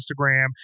Instagram